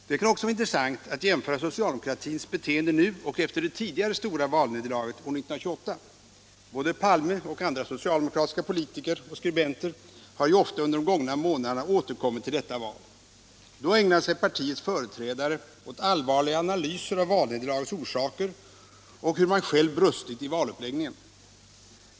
Det kan också vara intressant att jämföra socialdemokratins beteende nu och efter det tidigare stora valnederlaget år 1928. Både Olof Palme och andra socialdemokratiska politiker och skribenter har ju ofta under de gångna månaderna återkommit till detta val. Då ägnade sig partiets företrädare åt allvarliga analyser av valnederlagets orsaker och hur man själv brustit i valuppläggningen.